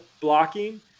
blocking